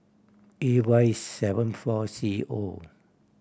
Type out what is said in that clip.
A Y seven four C O